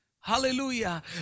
Hallelujah